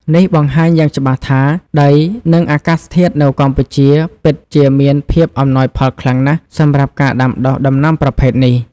នេះបង្ហាញយ៉ាងច្បាស់ថា ដី និងអាកាសធាតុនៅកម្ពុជាពិតជាមានភាពអំណោយផលខ្លាំងណាស់សម្រាប់ការដាំដុះដំណាំប្រភេទនេះ។